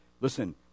Listen